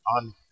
on